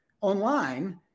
online